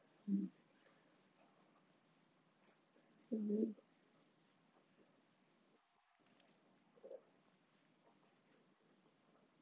hmm mmhmm